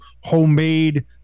homemade